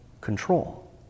control